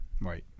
Right